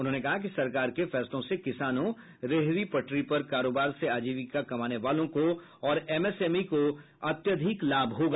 उन्होंने कहा कि सरकार के फैसलों से किसानों रेहड़ी पटरी पर कारोबार से आजीविका कमाने वालों को और एमएसएमई को अत्यधिक लाभ होगा